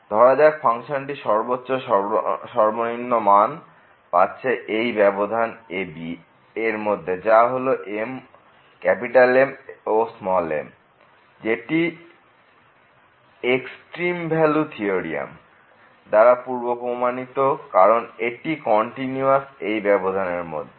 ধরা যাক ফাংশনটি সর্বোচ্চ ও সর্বনিম্ন মান পাচ্ছে এই ব্যবধান ab এর মধ্যে যা হলো M ও m যেটি এক্সট্রিম ভ্যালু থিওরেম দাঁড়া পূর্ব প্রমাণিত কারণ এটি কন্টিনিউয়াস এই ব্যবধান এর মধ্যে